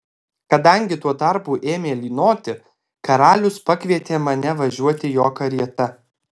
kadangi tuo tarpu ėmė lynoti karalius pakvietė mane važiuoti jo karieta